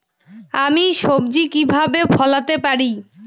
আমি সবজি কিভাবে ফলাতে পারি?